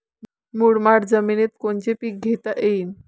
मुरमाड जमिनीत कोनचे पीकं घेता येईन?